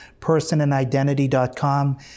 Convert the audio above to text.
personandidentity.com